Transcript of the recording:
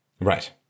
Right